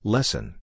Lesson